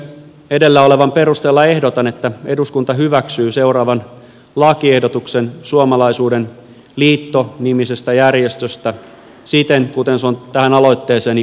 edellä olevan perusteella ehdotan että eduskunta hyväksyy lakiehdotuksen suomalaisuuden liitto nimisestä järjestöstä siten kuin se on tähän aloitteeseeni kirjattu